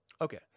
Okay